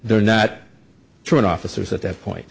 they're not truant officers at that point